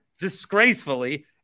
disgracefully